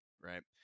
right